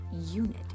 unit